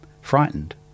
frightened